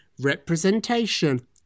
Representation